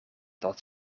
dat